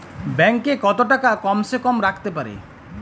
Bank এ কত টাকা কম সে কম রাখতে পারি?